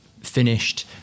finished